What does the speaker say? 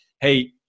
hey